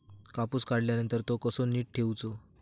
कापूस काढल्यानंतर तो कसो नीट ठेवूचो?